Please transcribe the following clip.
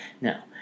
Now